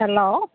hello